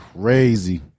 Crazy